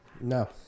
No